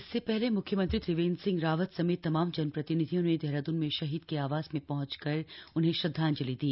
इससे पहले म्ख्यमंत्री त्रिवेंद्र सिंह रावत समेत तमाम जनप्रतिनिधियों ने देहरादून में शहीद के आवास में पहंचकर उन्हें श्रद्वांजलि दी